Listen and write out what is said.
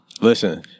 Listen